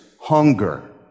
hunger